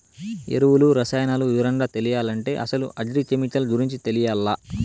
ఎరువులు, రసాయనాలు వివరంగా తెలియాలంటే అసలు అగ్రి కెమికల్ గురించి తెలియాల్ల